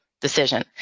decision